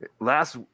Last